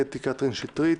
קטי קטרין שטרית,